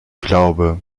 glaube